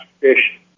fish